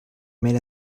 mil